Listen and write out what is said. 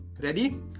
Ready